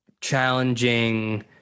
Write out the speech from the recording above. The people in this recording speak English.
challenging